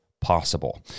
possible